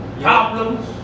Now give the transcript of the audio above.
Problems